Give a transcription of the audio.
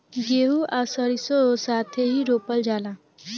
गेंहू आ सरीसों साथेही रोपल जाला